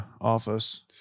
office